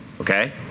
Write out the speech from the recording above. Okay